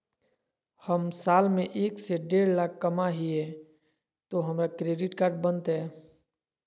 हम साल में एक से देढ लाख कमा हिये तो हमरा क्रेडिट कार्ड बनते?